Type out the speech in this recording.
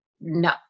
no